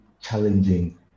challenging